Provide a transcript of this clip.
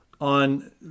on